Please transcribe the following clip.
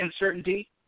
uncertainty